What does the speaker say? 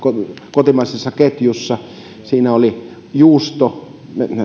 kotimaisessa ketjussa siellä oli juusto